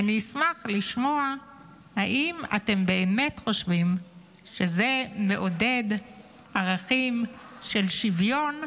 ואני אשמח לשמוע אם אתם באמת חושבים שזה מעודד ערכים של שוויון,